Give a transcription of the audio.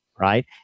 Right